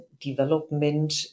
development